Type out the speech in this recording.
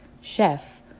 chef